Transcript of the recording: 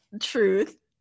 Truth